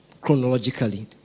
chronologically